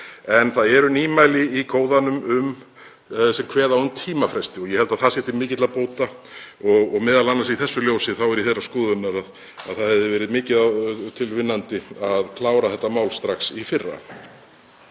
En það eru nýmæli í Kóðanum sem kveða á um tímafresti og ég held að það sé til mikilla bóta og m.a. í þessu ljósi er ég þeirrar skoðunar að það hefði verið mikið til vinnandi að klára þetta mál strax í fyrra.